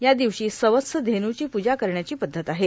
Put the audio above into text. या दिवशी सवत्स धेनूची पूजा करण्याची पद्धत आहे